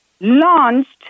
launched